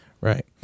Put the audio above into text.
Right